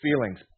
feelings